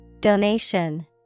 Donation